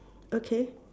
okay